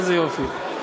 איזה יופי.